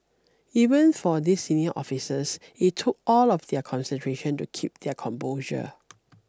even for these senior officers it took all of their concentration to keep their composure